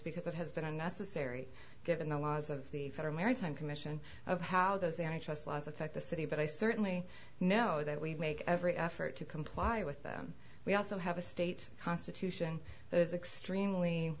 because it has been unnecessary given the laws of the federal maritime commission of how those and i trust laws affect the city but i certainly know that we make every effort to comply with them we also have a state constitution that is extremely